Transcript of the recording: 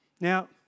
Now